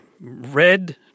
red